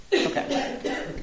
Okay